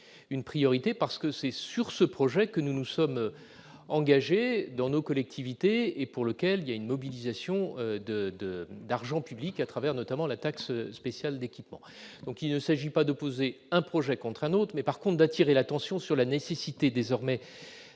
une priorité parce que c'est sur ce projet que nous nous sommes engagés dans nos collectivités et pour lequel il y a une mobilisation de de d'argent public, à travers notamment la taxe spéciale d'équipement, donc il ne s'agit pas d'opposer un projet contre un autre mais par condottiere l'attention sur la nécessité désormais